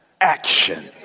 action